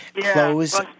close